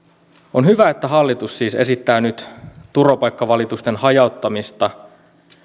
on hyvä että hallitus siis esittää nyt turvapaikkavalitusten hajauttamista